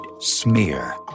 smear